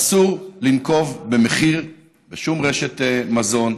אסור לנקוב במחיר בשום רשת מזון,